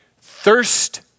thirst